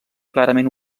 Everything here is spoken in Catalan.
clarament